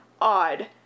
odd